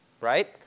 Right